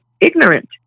ignorant